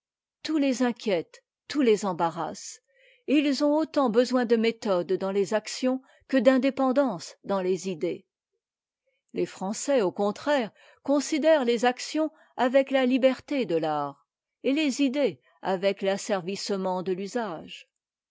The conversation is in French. tout les inquiète tout les embarrasse et ils ont autant besoin de méthode dans les actions que d'indépendance dans les idées les français au contraire considèrent les actions avec la liberté de i'art et les idées avec l'asservissement de l'usage